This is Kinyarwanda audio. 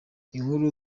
inkuru